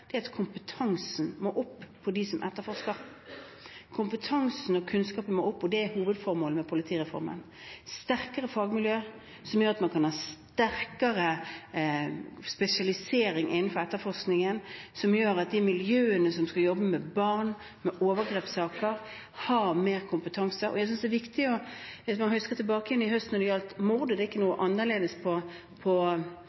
at kompetansen må opp hos dem som etterforsker. Kompetansen og kunnskapen må opp, og det er et hovedformål med politireformen å få sterkere fagmiljøer, noe som gjør at man kan ha sterkere spesialisering innenfor etterforskningen, og som gjør at de miljøene som skal jobbe med barn og overgrepssaker, har mer kompetanse. Hvis man husker tilbake til i høst når det gjaldt mord – det er ikke noe annerledes på